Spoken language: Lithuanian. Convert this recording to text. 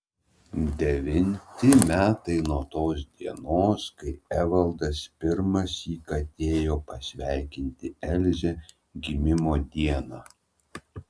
devinti metai nuo tos dienos kai evaldas pirmąsyk atėjo pasveikinti elzę gimimo dieną